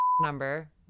number